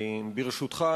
ברשותך,